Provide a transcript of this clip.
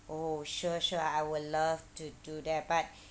oh sure sure I will love to do that but